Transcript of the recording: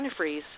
antifreeze